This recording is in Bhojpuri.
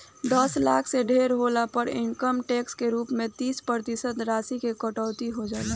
दस लाख से ढेर होला पर इनकम टैक्स के रूप में तीस प्रतिशत राशि की कटौती हो जाला